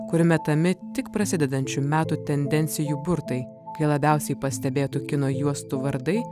kur metami tik prasidedančių metų tendencijų burtai kai labiausiai pastebėtų kino juostų vardai